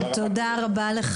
תודה רבה.